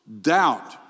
Doubt